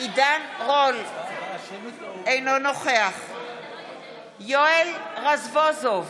עידן רול, אינו נוכח יואל רזבוזוב,